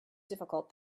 difficult